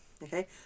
Okay